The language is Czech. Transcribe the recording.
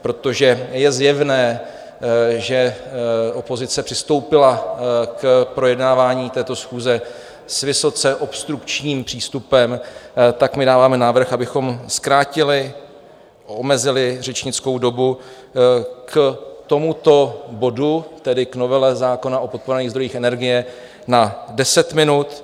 Protože je zjevné, že opozice přistoupila k projednávání této schůze s vysoce obstrukčním přístupem, tak my dáváme návrh, abychom zkrátili, omezili řečnickou dobu k tomuto bodu, tedy k novele zákona o podporovaných zdrojích energie, na deset minut.